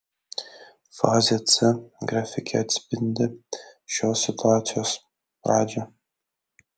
fazė c grafike atspindi šios situacijos pradžią